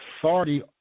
authority